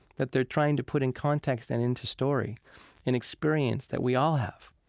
that they're trying to put in context and into story an experience that we all have,